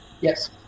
Yes